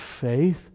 faith